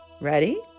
Ready